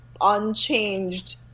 unchanged